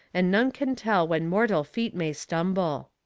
and none can tell when mortal feet may stumble.